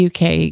UK